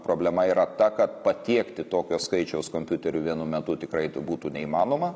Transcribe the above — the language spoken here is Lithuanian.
problema yra ta kad patiekti tokio skaičiaus kompiuterių vienu metu tikrai būtų neįmanoma